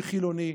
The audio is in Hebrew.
מי חילוני,